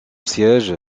siège